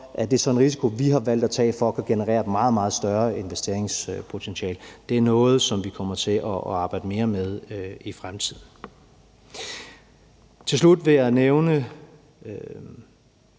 er det så en risiko, vi har valgt at tage for at kunne generere et meget, meget større investeringspotentiale. Det er noget, som vi kommer til at arbejde mere med i fremtiden. Kl. 16:18 Til slut vil jeg nævne